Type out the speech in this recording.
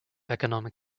economic